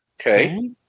Okay